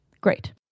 Great